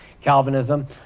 Calvinism